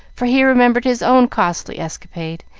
for he remembered his own costly escapade,